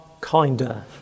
kinder